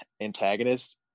antagonist